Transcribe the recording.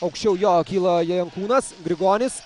aukščiau jo kyla jankūnas grigonis